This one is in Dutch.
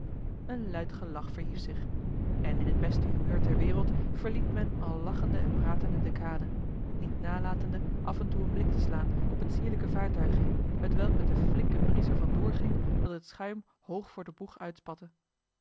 een luid gelach verhief zich en in het beste humeur ter wereld verliet men al lachende en pratende de kade niet nalatende af en toe een blik te slaan op het sierlijke vaartuigje hetwelk met den flinken bries er van door ging dat het schuim hoog voor den boeg